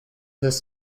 this